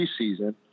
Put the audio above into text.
preseason